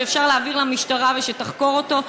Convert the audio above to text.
שאפשר להעביר למשטרה ושתחקור אותו.